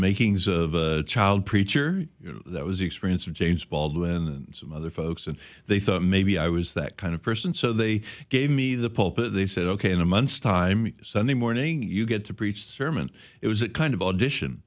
makings of a child preacher that was the experience of james baldwin and some other folks and they thought maybe i was that kind of person so they gave me the pulpit they said ok in a month's time sunday morning you get to preach sermon it was a kind of audition